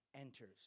enters